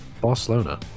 Barcelona